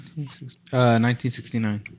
1969